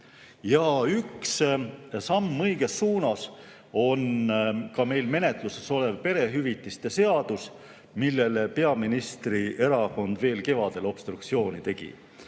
Üks samm õiges suunas on meil menetluses olev perehüvitiste seadus, millele peaministri erakond veel kevadel obstruktsiooni tegi.